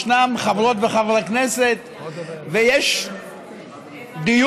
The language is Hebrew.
ישנם חברות וחברי כנסת ויש דיון.